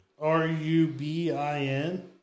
R-U-B-I-N